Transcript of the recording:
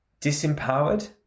disempowered